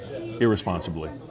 irresponsibly